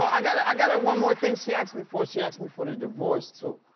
i got i got her one more thing she asked me for, she asked me for the divorce too.